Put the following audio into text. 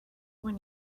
when